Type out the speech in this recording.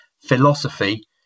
philosophy